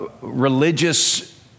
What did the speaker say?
religious